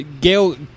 Gail